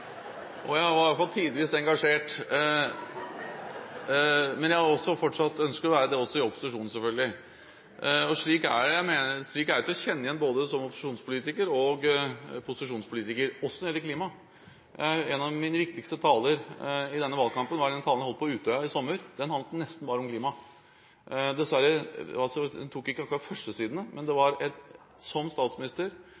at jeg lo flere ganger , og jeg var i alle fall tidvis engasjert. Jeg ønsker selvfølgelig også å være det i opposisjon. Slik er jeg til å kjenne igjen både som opposisjonspolitiker og posisjonspolitiker – også når det gjelder klima. En av mine viktigste taler i denne valgkampen var den talen jeg holdt på Utøya i sommer. Den handlet nesten bare om klima. Dessverre – den tok ikke akkurat førstesidene. Men